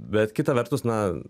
bet kita vertus na